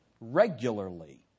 Regularly